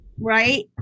Right